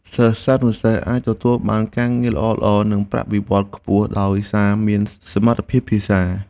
សិស្សានុសិស្សអាចទទួលបានការងារល្អៗនិងប្រាក់បៀវត្សរ៍ខ្ពស់ដោយសារសមត្ថភាពភាសា។